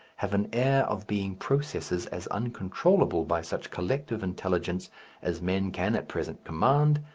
have an air of being processes as uncontrollable by such collective intelligence as men can at present command,